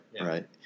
Right